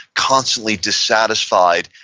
constantly dissatisfied,